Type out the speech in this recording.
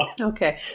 Okay